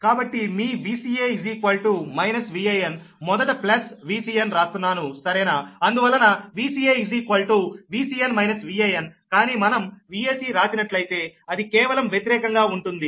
కాబట్టి మీ Vca Van మొదట ప్లస్ Vcn రాస్తున్నాను సరేనా అందువలన Vca Vcn - Van కానీ మనం Vac రాసినట్లయితే అది కేవలం వ్యతిరేకంగా ఉంటుంది